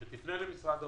שתפנה למשרד האוצר,